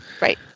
right